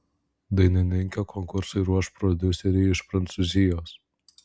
dainininkę konkursui ruoš prodiuseriai iš prancūzijos